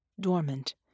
dormant